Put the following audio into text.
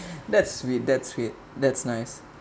that's weird that's weird that's nice